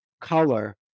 color